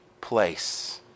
place